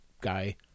guy